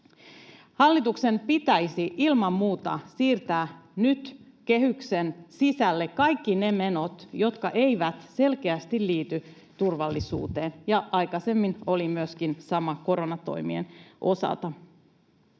Hallituksen pitäisi ilman muuta siirtää nyt kehyksen sisälle kaikki ne menot, jotka eivät selkeästi liity turvallisuuteen, ja aikaisemmin oli myöskin sama koronatoimien osalta.